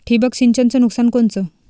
ठिबक सिंचनचं नुकसान कोनचं?